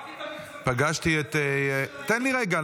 רק על המפקדים --- תן לי רגע.